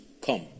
come